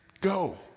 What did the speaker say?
Go